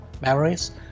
memories